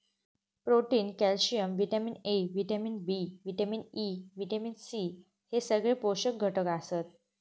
protein, calcium, vitamin A, vitamin B, vitamin E, vitamin C हे सगळे पोषक घटक आसत